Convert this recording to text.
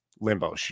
Limbo